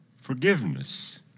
forgiveness